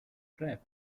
trap